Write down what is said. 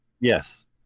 yes